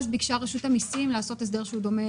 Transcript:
אז ביקשה רשות המסים לעשות הסדר שהוא דומה